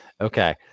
Okay